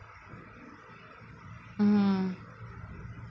mmhmm